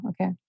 Okay